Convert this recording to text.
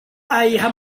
ayiha